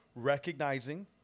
recognizing